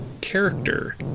character